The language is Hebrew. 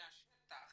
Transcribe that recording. מהשטח